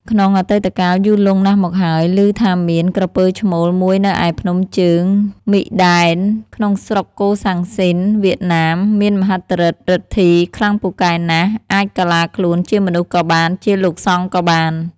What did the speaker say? ក្នុងអតីតកាលយូរលង់ណាស់មកហើយ ឮថាមាន ក្រពើឈ្មោល មួយនៅឯ ភ្នំជើងមីដែន ក្នុងស្រុកកូសាំងស៊ីន (វៀតណាម) មានមហិទ្ធិឫទ្ធិខ្លាំងពូកែណាស់ អាចកាឡាខ្លួនជាមនុស្សក៏បាន ជាលោកសង្ឃក៏បាន។